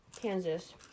Kansas